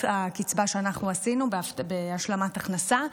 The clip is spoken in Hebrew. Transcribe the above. הקצבה שאנחנו עשינו בהשלמת הכנסה,